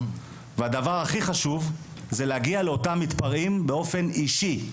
והדבר הכי חשוב זה להגיע לאותם מתפרעים באופן אישי.